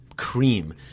cream